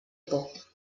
por